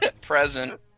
Present